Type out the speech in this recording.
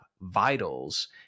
vitals